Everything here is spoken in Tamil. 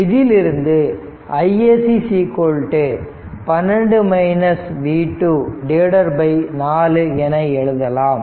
இதிலிருந்து iSC 4 என்று எழுதலாம்